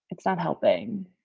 it's not helping.